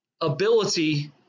Ability